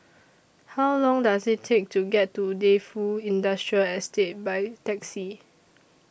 How Long Does IT Take to get to Defu Industrial Estate By Taxi